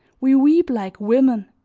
we weep like women,